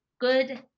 good